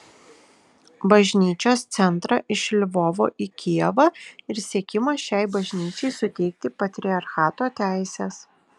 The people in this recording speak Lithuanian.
bažnyčios centrą iš lvovo į kijevą ir siekimas šiai bažnyčiai suteikti patriarchato teises